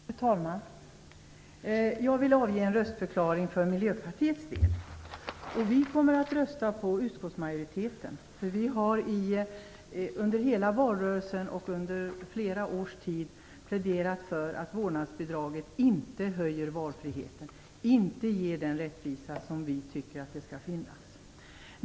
Fru talman! Jag vill avge en röstförklaring för Vi kommer att rösta med utskottsmajoriteten. Under hela valrörelsen och under flera års tid har vi pläderat för att vårdnadsbidraget inte ökar valfriheten, inte ger den rättvisa som vi tycker skall finnas.